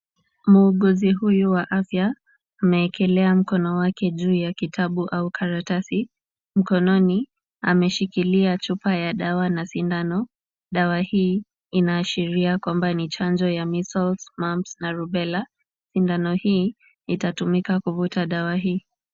Muuguzi huyu wa afya amewekelea mkono wake juu ya kitabu au karatasi. Mkononi ameshikilia chupa ya dawa na sindano. Dawa hii inaashiria kwamba ni chanjo ya measles, mumps na rubela. Sindano hii itatumika kuvuta dawa hii.